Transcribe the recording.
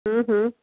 हम्म हम्म